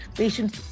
patients